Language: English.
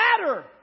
matter